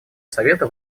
совета